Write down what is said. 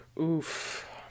oof